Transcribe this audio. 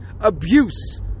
abuse